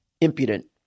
impudent